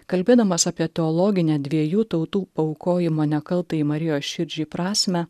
kalbėdamas apie teologinę dviejų tautų paaukojimo nekaltajai marijos širdžiai prasmę